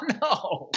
no